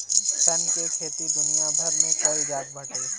सन के खेती दुनिया भर में कईल जात बाटे